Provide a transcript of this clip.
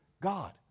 God